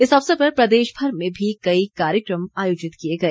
इस अवसर पर प्रदेशभर में भी कई कार्यक्रम आयोजित किए गए